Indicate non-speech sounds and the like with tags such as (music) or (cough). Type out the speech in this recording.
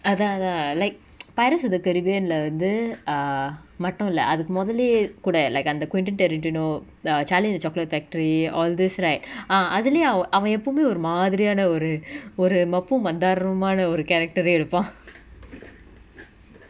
அதா அதா:atha atha like (noise) pirates of the caribbean lah வந்து:vanthu err மட்டு இல்ல அதுக்கு மொதல்லயே கூட:mattu illa athuku mothallaye kooda like அந்த:antha quentetaretano the charlie and the chocolate factory all this right (breath) ah அதுலயு அவ அவ எப்போவுமே ஒரு மாதிரியான ஒரு ஒரு மப்பு மந்தார்ருமான ஒரு:athulayu ava ava eppovume oru maathiriyana oru oru mappu mantharrumana oru character ரே இருப்பா:re irupa